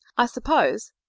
i suppose,